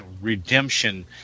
redemption